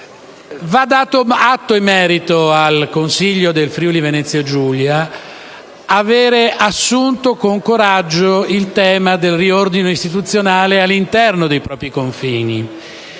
Va dato atto e merito al Consiglio del Friuli-Venezia Giulia di avere assunto con coraggio il tema del riordino istituzionale all'interno dei propri confini,